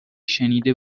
شنیده